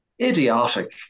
idiotic